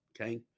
okay